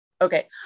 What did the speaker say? Okay